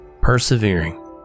persevering